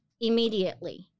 immediately